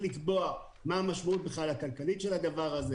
לקבוע מה המשמעות הכלכלית של הדבר הזה,